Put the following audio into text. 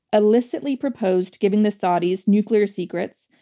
illicitly proposed giving the saudis nuclear secrets,